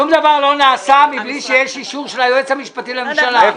שום דבר לא נעשה בלי שיש אישור של היועץ המשפטי לממשלה.